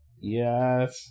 Yes